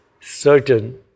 certain